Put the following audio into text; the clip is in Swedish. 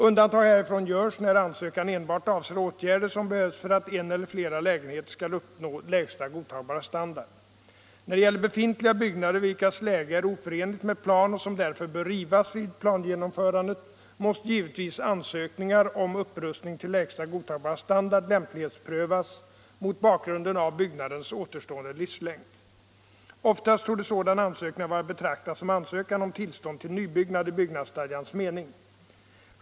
Undantag härifrån görs när ansökan enbart avser åtgärder som behövs för att en eller flera lägenheter skall uppnå lägsta godtagbara standard. När det gäller befintliga byggnader vilkas läge är oförenligt med plan och som därför bör rivas vid plangenomförandet måste givetvis ansökningar om upprustning till lägsta godtagbara standard lämplighetsprövas mot bakgrunden av byggnadens återstående livslängd. Oftast torde sådana ansökningar vara att betrakta som ansökan om tillstånd till nybyggnad i byggnadsstadgans mening.